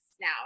now